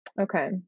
Okay